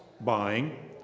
buying